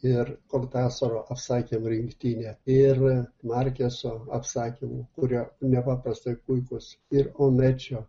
ir kortasaro apsakymų rinktinė ir markeso apsakymų kurie nepaprastai puikūs ir omečio